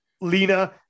Lena